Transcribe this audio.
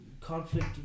conflict